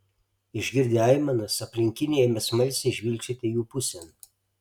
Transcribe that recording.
išgirdę aimanas aplinkiniai ėmė smalsiai žvilgčioti jų pusėn